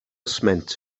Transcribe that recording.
sment